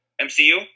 MCU